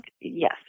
Yes